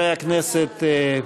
חברי הכנסת,